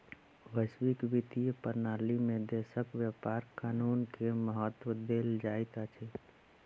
वैश्विक वित्तीय प्रणाली में देशक व्यापार कानून के महत्त्व देल जाइत अछि